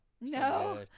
No